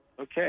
Okay